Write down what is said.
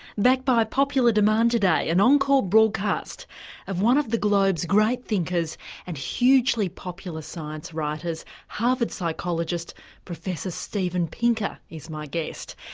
back by popular demand today an encore broadcast of one of the globe's great thinkers and hugely popular science writers. harvard psychologist professor steven pinker is my guest.